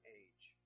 age